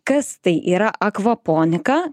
kas tai yra akvoponika